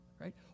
right